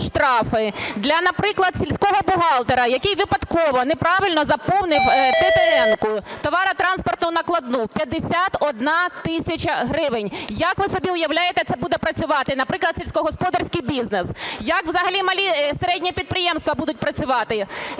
для, наприклад, сільського бухгалтера, який випадково неправильно заповнив ТТН (товарно-транспортну накладну), 51 тисяча гривень. Як ви собі уявляєте, це буде працювати, наприклад, сільськогосподарський бізнес? Як взагалі малі і середні підприємства будуть працювати?